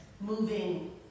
moving